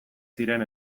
ziren